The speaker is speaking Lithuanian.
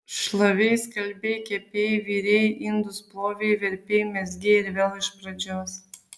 šlavei skalbei kepei virei indus plovei verpei mezgei ir vėl iš pražios